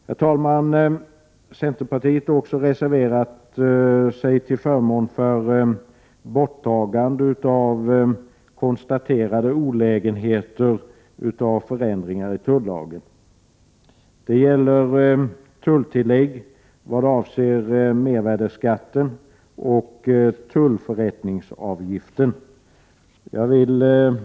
Herr talman! Centerpartiet har reserverat sig till förmån för borttagande av konstaterade olägenheter av förändringar i tullagen. Det gäller tulltillägg vad avser mervärdesskatt och tullförrättningsavgift.